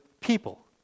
people